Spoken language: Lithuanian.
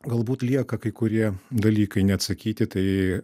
galbūt lieka kai kurie dalykai neatsakyti tai